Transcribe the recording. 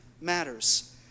matters